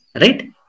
right